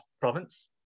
province